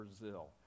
Brazil